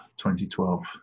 2012